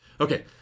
Okay